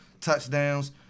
touchdowns